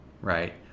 right